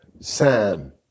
Sam